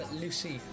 Lucy